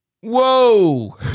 Whoa